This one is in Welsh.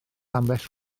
ambell